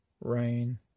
rain